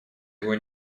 его